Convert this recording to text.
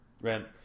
Right